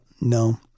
No